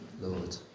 Lord